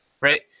Right